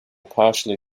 partially